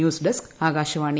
news desk Akashvani